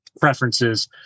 preferences